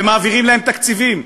ומעבירים להם תקציבים,